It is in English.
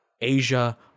Asia